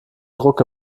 druck